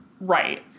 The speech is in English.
Right